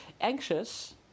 anxious